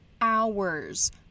hours